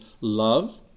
love